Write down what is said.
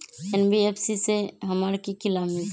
NBFC से हमार की की लाभ मिल सक?